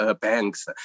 banks